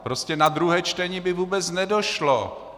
Prostě na druhé čtení by vůbec nedošlo.